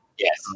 Yes